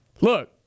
look